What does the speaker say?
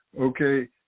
okay